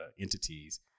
entities